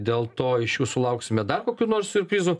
dėl to iš jų sulauksime dar kokių nors siurprizų